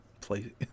play